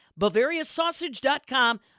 BavariaSausage.com